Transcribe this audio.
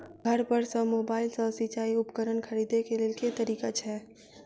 घर पर सऽ मोबाइल सऽ सिचाई उपकरण खरीदे केँ लेल केँ तरीका छैय?